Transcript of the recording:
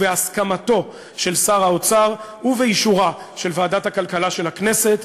בהסכמתו של שר האוצר ובאישורה של ועדת הכלכלה של הכנסת,